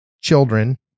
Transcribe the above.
children